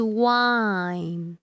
Swine